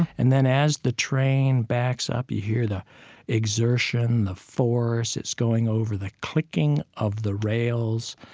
and then as the train backs up, you hear the exertion, the force. it's going over the clicking of the rails.